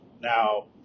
now